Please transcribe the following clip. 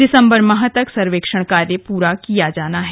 दिसम्बर माह तक सर्वेक्षण कार्य पुरा किया जाना है